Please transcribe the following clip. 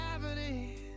Gravity